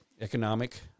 economic